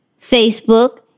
Facebook